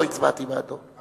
לא הצבעתי בעדו,